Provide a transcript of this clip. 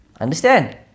Understand